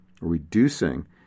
reducing